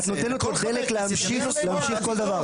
את נותנת לו דלק להמשיך כל דבר.